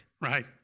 right